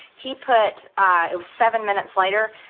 he put ah it seven minutes later,